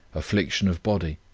affliction of body,